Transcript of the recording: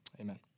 amen